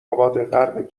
آبادغرب